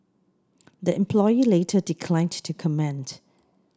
the employee later declined to comment